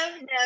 no